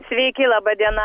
sveiki laba diena